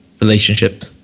Relationship